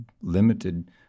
limited